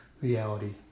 reality